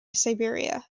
siberia